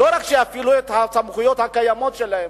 לא רק יפעילו את הסמכויות הקיימות שלהם,